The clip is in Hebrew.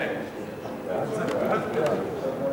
כאמור,